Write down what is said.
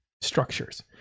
structures